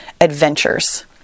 adventures